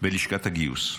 בלשכת הגיוס.